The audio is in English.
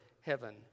heaven